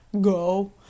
go